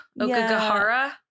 Okagahara